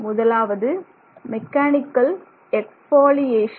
முதலாவது mechanical exfoliation